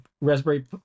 Raspberry